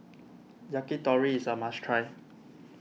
Yakitori is a must try